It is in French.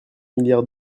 milliard